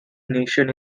nation